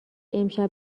امشب